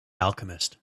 alchemist